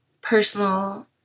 personal